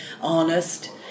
honest